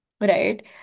Right